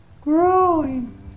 growing